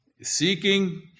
seeking